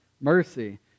mercy